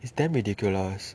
it's damn ridiculous